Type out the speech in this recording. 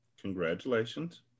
Congratulations